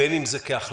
בין אם זה כהחלטה